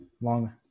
long